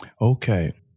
Okay